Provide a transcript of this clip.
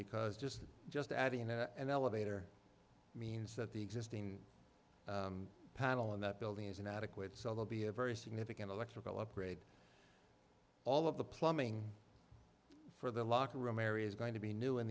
because just just adding an elevator means that the existing panel in that building is inadequate so they'll be a very significant electrical upgrade all of the plumbing for the locker room area is going to be new in